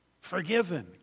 Forgiven